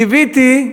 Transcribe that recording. קיוויתי,